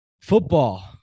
Football